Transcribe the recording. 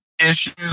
issues